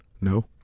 No